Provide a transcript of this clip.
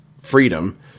freedom